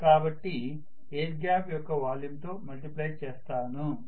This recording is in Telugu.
కాబట్టి ఎయిర్ గ్యాప్ యొక్క వాల్యూమ్ తో మల్టిప్లై చేస్తాను